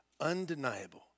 Undeniable